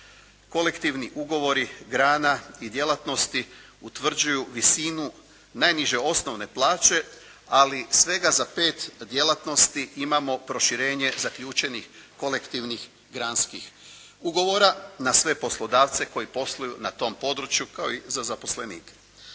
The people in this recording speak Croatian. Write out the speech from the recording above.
kolektivni ugovori grana i djelatnosti utvrđuju visinu najniže osnovne plaće ali svega za 5 djelatnosti imamo proširenje zaključenih kolektivnih granskih ugovora na sve poslodavce koji posluju na tom području kao i za zaposlenike.